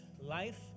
Life